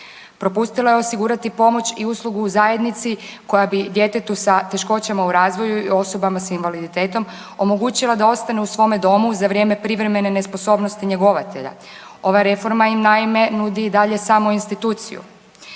Propustila je osigurati pomoć i uslugu u zajednici koja bi djetetu sa teškoćama u razvoju i osobama s invaliditetom omogućila da ostane u svome domu za vrijeme privremene nesposobnosti njegovatelja. Ova reforma im, naime, nudi i dalje samo instituciju.